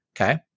Okay